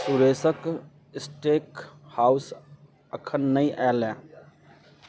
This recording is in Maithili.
सुरेशके स्टेक हाउस एखन नहि आएल अइ